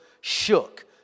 shook